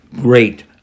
great